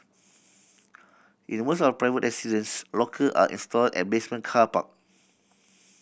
in most of private residences locker are installed at basement car park